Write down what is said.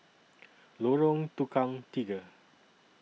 Lorong Tukang Tiga